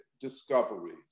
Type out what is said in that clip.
discoveries